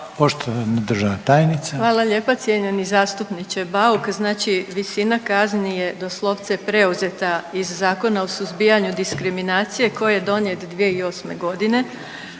Hvala lijepa cijenjeni zastupniče Bauk. Znači visina kazni je doslovce preuzeta iz Zakona o suzbijanju diskriminacije koji je donijet 2008. godine,